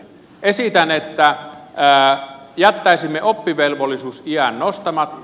esitän että jättäisimme oppivelvollisuusiän nostamatta